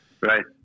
right